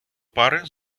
пари